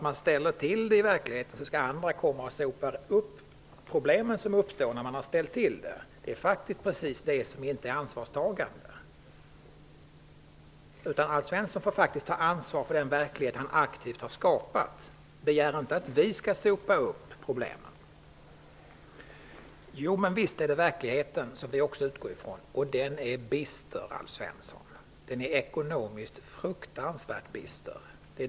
Man kan inte utgå från att andra skall komma och sopa upp efter en när man har ställt till det; det är just ett sådant beteende som inte innebär ett ansvarstagande. Alf Svensson får faktiskt ta ansvar för den verklighet han aktivt varit med om att skapa. Begär inte att vi skall sopa upp efter er och lösa problemen som har uppstått! Vi utgår också från verkligheten, och den är bister ekonomiskt sett, Alf Svensson.